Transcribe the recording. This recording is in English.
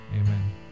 amen